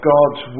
God's